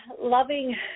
loving